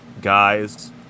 guys